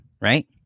right